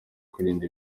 kwirinda